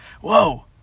whoa